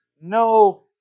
no